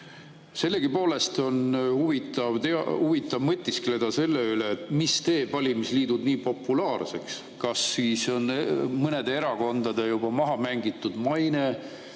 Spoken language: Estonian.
Sellegipoolest on huvitav mõtiskleda selle üle, mis teeb valimisliidud nii populaarseks. Kas mõne erakonna juba mahamängitud maine,